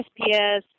SPS